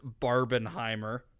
barbenheimer